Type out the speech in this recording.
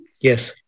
Yes